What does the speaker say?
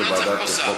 לוועדת החוקה,